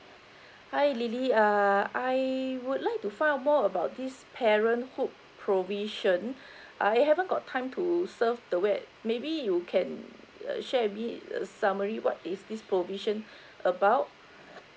hi lily uh I would like to find out more about this parenthood provision I haven't got time to surf the web maybe you can uh share with me uh summary what is this provision about